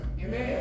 Amen